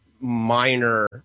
minor